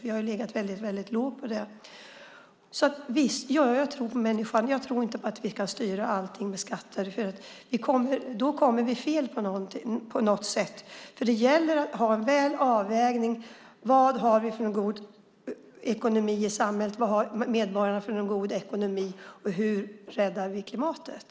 Vi har ju legat väldigt lågt där. Ja, jag tror på människan. Jag tror inte på att vi ska styra allting med skatter. Då kommer vi fel. Det gäller att ha en bra avvägning. Vad har vi för god ekonomi i samhället, vad har medborgarna för god ekonomi och hur räddar vi klimatet?